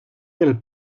del